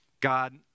God